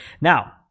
now